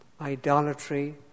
Idolatry